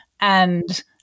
And-